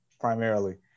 primarily